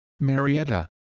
Marietta